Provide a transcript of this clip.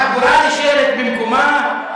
החגורה נשארת במקומה,